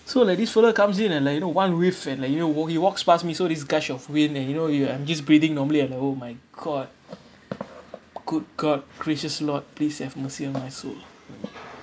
so like this fellow comes in and like you know one whiff and like you know walk he he walks past me so these gush of wind and you know you I'm just breathing normally and oh my god good god gracious lord please have mercy on my soul